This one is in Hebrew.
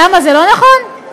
למה, זה לא נכון?